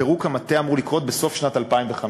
פירוק המטה אמור לקרות בסוף שנת 2015,